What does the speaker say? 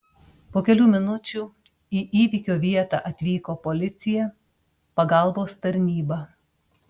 po kelių minučių į įvykio vietą atvyko policija pagalbos tarnyba